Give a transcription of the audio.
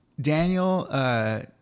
Daniel